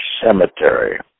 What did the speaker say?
cemetery